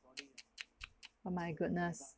oh my goodness